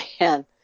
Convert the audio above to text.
man